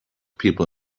people